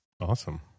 Awesome